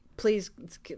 Please